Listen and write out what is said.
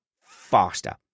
faster